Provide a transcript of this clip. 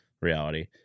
reality